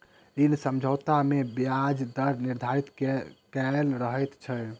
ऋण समझौता मे ब्याज दर निर्धारित कयल रहैत छै